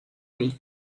week